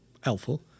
helpful